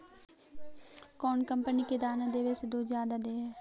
कौन कंपनी के दाना देबए से दुध जादा दे है?